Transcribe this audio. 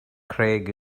craig